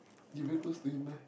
you very close to him meh